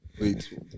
Wait